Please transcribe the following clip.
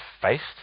faced